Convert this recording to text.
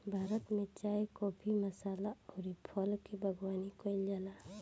भारत में चाय, काफी, मसाला अउरी फल के बागवानी कईल जाला